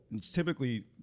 typically